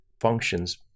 functions